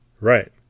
Right